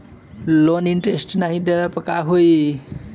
Loan के interest नाही देहले पर का होई?